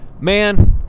man